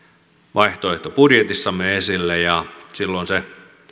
vaihtoehtobudjetissamme esille ja silloin se